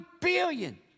billion